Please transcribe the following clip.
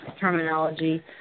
terminology